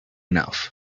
enough